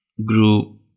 grew